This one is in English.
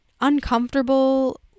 uncomfortable